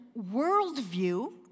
worldview